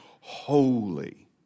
holy